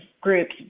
groups